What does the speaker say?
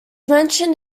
mentioned